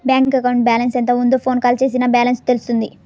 bank అకౌంట్లో balance ఎంత ఉందో ఫోన్ కాల్ చేసినా బ్యాలెన్స్ తెలుస్తుంది